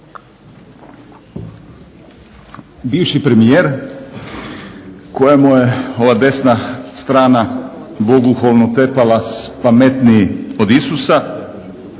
Bivši premijer kojemu je ova desna strana bogohulno tepala pametniji od Isusa,